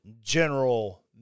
General